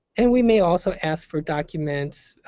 and we may also ask for documents,